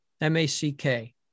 M-A-C-K